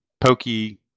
Pokey